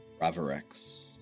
Ravarex